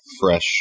fresh